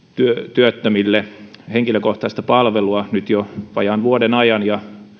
työttömille henkilökohtaista palvelua nyt jo vajaan vuoden ajan